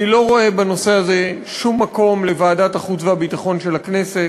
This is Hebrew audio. אני לא רואה בנושא הזה שום מקום לוועדת החוץ והביטחון של הכנסת.